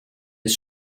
his